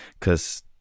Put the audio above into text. Cause